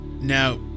Now